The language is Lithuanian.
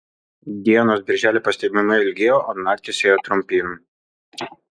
dienos birželį pastebimai ilgėjo o naktys ėjo trumpyn